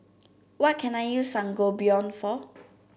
what can I use Sangobion for